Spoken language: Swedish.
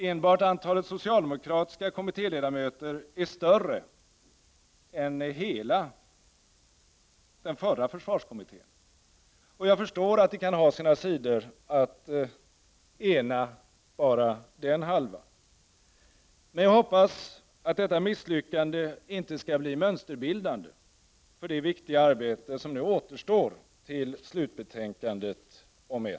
Enbart antalet socialdemokratiska kommittéledamöter är större än hela den förra försvarskommittén, och jag förstår att det kan ha sina sidor bara att ena dem. Men jag hoppas att detta misslyckande inte skall bli mönsterbildande för det viktiga arbete som nu återstår fram till slutbetänkandet